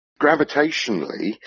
gravitationally